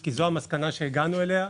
כי זוהי המסקנה שהגענו אליה.